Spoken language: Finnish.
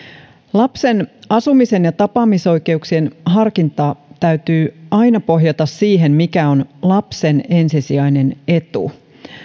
lapsen asumisen ja tapaamisoikeuksien harkinnan täytyy aina pohjata siihen mikä on lapsen ensisijainen etu